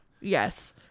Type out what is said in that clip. Yes